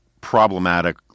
problematic